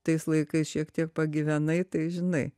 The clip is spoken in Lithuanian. tais laikais šiek tiek pagyvenai tai žinai